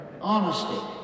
honesty